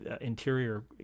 Interior